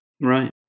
Right